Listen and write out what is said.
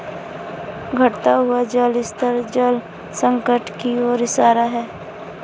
घटता हुआ जल स्तर जल संकट की ओर इशारा है